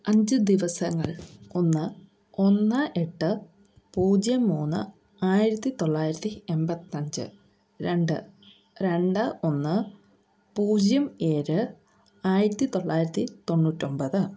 അഞ്ചു ദിവസങ്ങൾ ഒന്ന് ഒന്ന് എട്ട് പൂജ്യം മൂന്ന് ആയിരത്തി തൊള്ളായിരത്തി എൺപത്തഞ്ച് രണ്ട് രണ്ട് ഒന്ന് പൂജ്യം ഏഴ് ആയിരത്തി തൊള്ളായിരത്തി തൊണ്ണൂറ്റൊൻപത്